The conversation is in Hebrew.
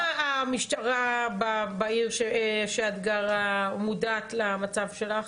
המשטרה בעיר שבה את גרה מודעת למצב שלך?